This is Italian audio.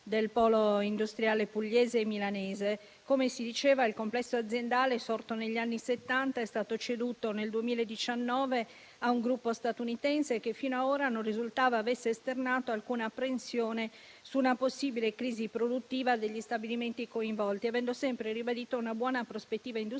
del polo industriale pugliese e milanese. Come si diceva, il complesso aziendale, sorto negli anni Settanta, è stato ceduto nel 2019 a un gruppo statunitense, che fino a ora non risultava avesse esternato alcuna apprensione su una possibile crisi produttiva degli stabilimenti coinvolti, avendo sempre ribadito una buona prospettiva industriale,